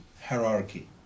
hierarchy